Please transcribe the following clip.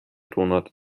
donut